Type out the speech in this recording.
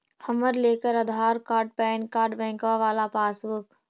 हम लेकर Aadhaar card PAN card बैंकवा वाला पासबुक?